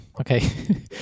Okay